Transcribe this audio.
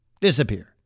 disappear